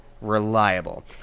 Reliable